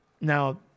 Now